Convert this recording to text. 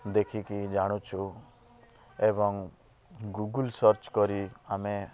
ଦେଖିକି ଜାଣୁଛୁ ଏବଂ ଗୁଗଲ୍ ସର୍ଚ୍ଚ କରି ଆମେ